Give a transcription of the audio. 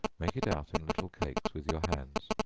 make it out in little cakes with your hands,